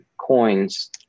coins